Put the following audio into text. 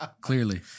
Clearly